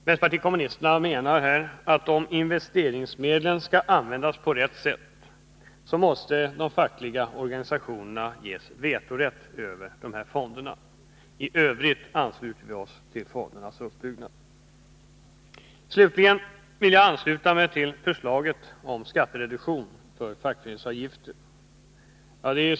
Vänsterpartiet kommmunisterna menar att om investeringsmedlen skall användas på rätt sätt måste de fackliga organisationerna ges vetorätt över fonderna. I övrigt ansluter vi oss till förslaget om fondernas utbyggnad. Slutligen vill jag ansluta mig till förslaget om skattereduktion för fackföreningsavgifter.